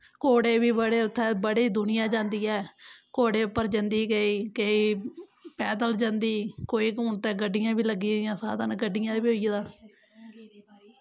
घोड़े बी बड़े उत्थें बड़ी दुनियां जंदी ऐ घोड़े उप्पर जंदी केईं केईं पैदल जंदी कोई हून ते गड्डियां बी लग्गी गेदियां साधन गड्डियां दा बी होई गेदा